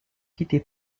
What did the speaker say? quitter